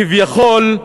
כביכול,